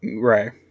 Right